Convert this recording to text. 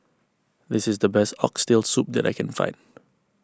this is the best Oxtail Soup that I can find